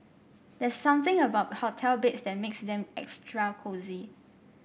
there's something about hotel beds that makes them extra cosy